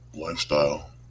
lifestyle